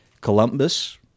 Columbus